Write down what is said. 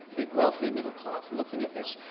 the wealthy middle class looking at this,